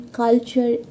culture